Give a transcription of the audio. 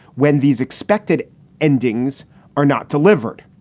when these expected endings are not delivered,